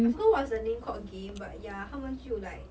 I forgot what's the name called again but ya 他们就 like